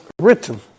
written